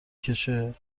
کشه